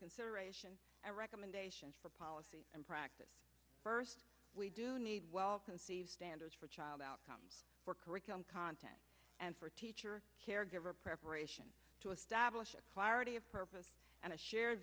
consideration and recommendations for policy and practice first we do need well conceived standards for child outcomes for curriculum content and for teacher caregiver preparation to establish clarity of purpose and a shared